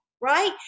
right